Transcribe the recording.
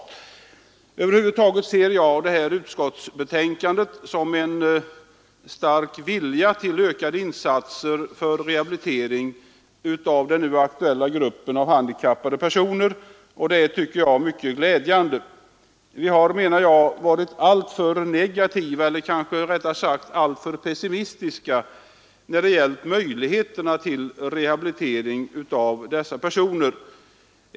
3 april 1974 Över huvud taget ser jag i utskottsbetänkandet en stark vilja till ökade —- insatser för rehabilitering av den nu aktuella gruppen handikappade Anslag till krimipersoner. Det är, tycker jag, mycket glädjande. Vi har, anser jag, varit nalvården alltför negativa eller rättare sagt alltför pessimistiska när det gäller möjligheterna till rehabilitering av dessa personer.